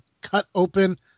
cut-open